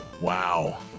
Wow